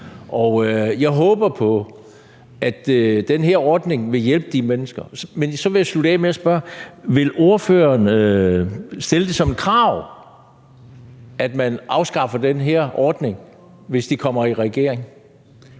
og jeg håber på, at den her ordning vil hjælpe de mennesker. Men så vil jeg slutte af med at spørge: Vil ordføreren stille det som et krav, at man afskaffer den her ordning, hvis De Konservative kommer i regering?